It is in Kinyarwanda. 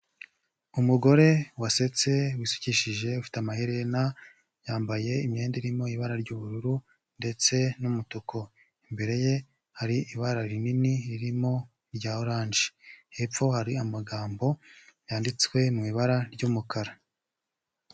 Umugore wasetse wisukishije ufite amaherena yambaye imyenda irimo ibara ry'ubururu ndetse n'umutuku, imbere ye hari ibara rinini ririmo irya oranje, hepfo hari amagambo yanditswe mu ibara ry'umukara.